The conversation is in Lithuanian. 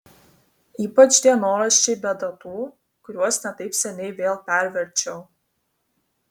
ypač dienoraščiai be datų kuriuos ne taip seniai vėl perverčiau